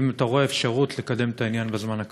האם אתה רואה אפשרות לקדם את העניין בזמן הקרוב?